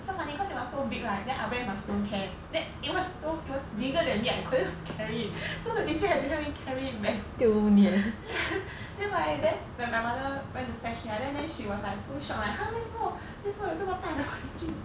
so funny cause it was so big right then I went my student care that it was so it was bigger than me I couldn't carry it so the teacher have to help me carry it back ya then my then when my mother when the and then then she was like so shock like !huh! 为什么为什么这么大的玩具